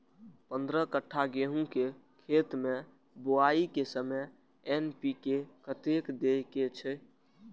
पंद्रह कट्ठा गेहूं के खेत मे बुआई के समय एन.पी.के कतेक दे के छे?